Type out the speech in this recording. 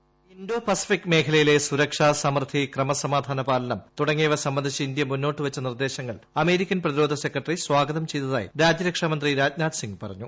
voice Indo Pacific മേഖലയിലെ സുരക്ഷ സമൃദ്ധി ക്രമസമാധാനപാലനം തുടങ്ങിയവ സംബന്ധിച്ച് ഇന്ത്യ മുന്നോട്ടു വച്ച നിർദ്ദേശങ്ങൾ അമേരിക്കൻ പ്രതിരോധ സെക്രട്ടറി സ്വാഗതം ചെയ്തതായി രാജ്യരക്ഷാമന്ത്രി രാജ്നാഥ് സിംഗ് പറഞ്ഞു